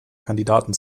kandidaten